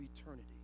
eternity